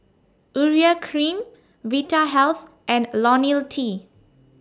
Urea Cream Vitahealth and Ionil T